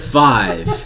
five